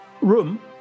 room